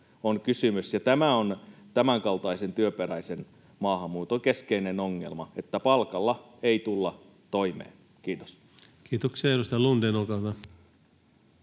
on kysymys, ja tämä on tämänkaltaisen työperäisen maahanmuuton keskeinen ongelma, että palkalla ei tulla toimeen. — Kiitos. Kiitoksia. — Edustaja Lundén, olkaa hyvä.